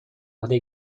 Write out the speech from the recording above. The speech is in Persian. عهده